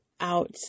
out